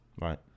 Right